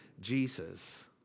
Jesus